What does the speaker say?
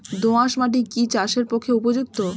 দোআঁশ মাটি কি চাষের পক্ষে উপযুক্ত?